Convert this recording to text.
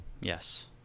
Yes